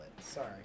sorry